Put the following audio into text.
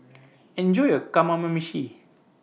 Enjoy your